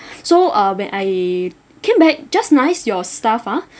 so uh when I came back just nice your staff ah